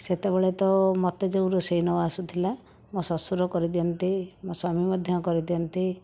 ସେତେବେଳେ ତ ମୋତେ ଯେଉଁ ରୋଷେଇ ନ ଆସୁନଥିଲା ମୋ ଶ୍ୱଶୁର କରିଦିଅନ୍ତି ମୋ ସ୍ୱାମୀ ମଧ୍ୟ କରିଦିଅନ୍ତି